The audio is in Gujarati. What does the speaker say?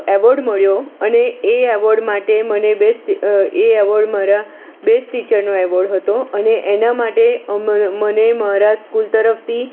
એવોર્ડ મળ્યો અને એવોર્ડ માટે મને બેસ્ટ એ એવોર્ડ મારા બેસ્ટ ટીચરનો એવોર્ડ હતો અને એના માટે મને મારા સ્કૂલ તરફથી